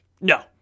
No